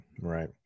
right